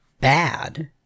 bad